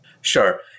Sure